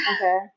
Okay